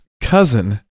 cousin